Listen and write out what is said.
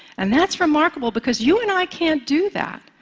and that's remarkable because you and i can't do that.